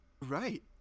Right